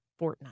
Fortnite